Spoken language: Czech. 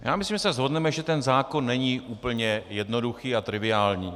Já myslím, že se shodneme, že ten zákon není úplně jednoduchý a triviální.